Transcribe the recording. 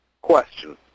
Question